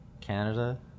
Canada